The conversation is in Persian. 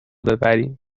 ببریم